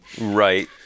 Right